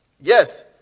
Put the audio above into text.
yes